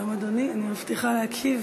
שלום, אדוני, אני מבטיחה להקשיב